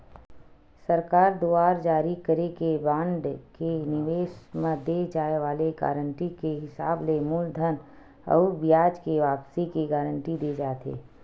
सरकार दुवार जारी करे के बांड के निवेस म दे जाय वाले गारंटी के हिसाब ले मूलधन अउ बियाज के वापसी के गांरटी देय जाथे